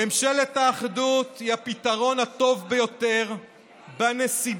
ממשלת האחדות היא הפתרון הטוב ביותר בנסיבות